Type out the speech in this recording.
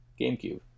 GameCube